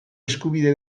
eskubide